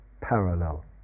parallel